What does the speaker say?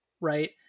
right